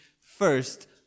first